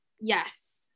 Yes